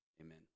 Amen